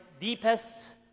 deepest